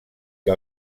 que